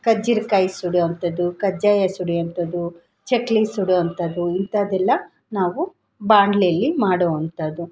ಕರ್ಜಿಕಾಯ್ ಸುಡುವಂಥದು ಕಜ್ಜಾಯ ಸುಡುವಂಥದು ಚಕ್ಕುಲಿ ಸುಡೋ ಅಂಥದು ಇಂಥದೆಲ್ಲ ನಾವು ಬಾಣ್ಲಿಯಲ್ಲಿ ಮಾಡೋವಂಥದು